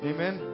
Amen